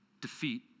defeat